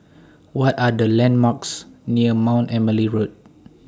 What Are The landmarks near Mount Emily Road